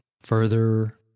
further